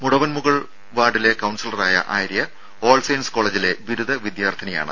മുടവൻമുകൾ വാർഡിലെ കൌൺസിലറായ Arya All Saints കോളജിലെ ബിരുദ വിദ്യാർത്ഥിനിയാണ്